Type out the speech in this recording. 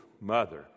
mother